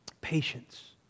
patience